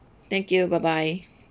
thank you bye bye